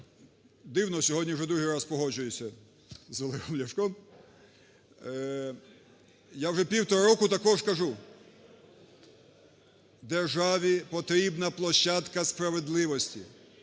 дивно, сьогодні вже другий раз погоджуюсь з Олегом Ляшком. Я вже півтора року також кажу, державі потрібна площадка справедливості.